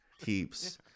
keeps